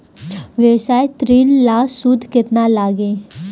व्यवसाय ऋण ला सूद केतना लागी?